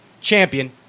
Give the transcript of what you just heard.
champion